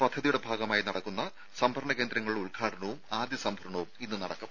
പദ്ധതിയുടെ ഭാഗമായി സംഭരണ കേന്ദ്രങ്ങളുടെ ഉദ്ഘാടനവും ആദ്യ സംഭരണവും ഇന്ന് നടക്കും